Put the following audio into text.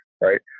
Right